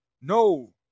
no